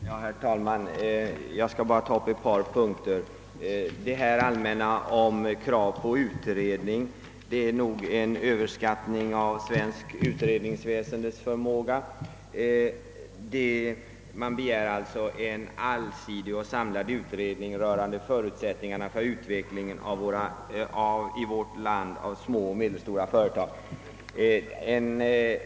Herr talman! Jag skall bara beröra ett par punkter i denna fråga. Detta i allmänna ordalag framförda krav på utredning innebär nog en överskattning av svenskt utredningsväsendes förmåga. Man yrkar en allsidig och samlad utredning rörande förutsättningarna för utveckling i vårt land av små och medelstora företag.